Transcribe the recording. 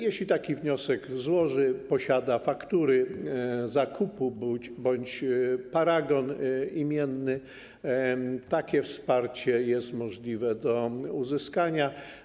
Jeśli taki wniosek złoży, posiada faktury zakupu bądź paragon imienny, takie wsparcie jest możliwe do uzyskania.